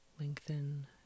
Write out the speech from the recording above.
Lengthen